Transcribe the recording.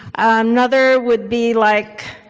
another would be, like,